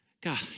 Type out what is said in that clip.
God